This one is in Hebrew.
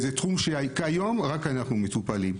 כיום רק אנו מטופלים.